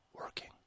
working